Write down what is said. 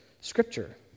scripture